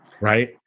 right